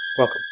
Welcome